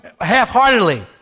half-heartedly